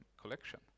collection